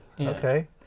Okay